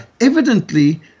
evidently